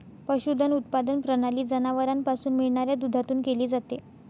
पशुधन उत्पादन प्रणाली जनावरांपासून मिळणाऱ्या दुधातून केली जाते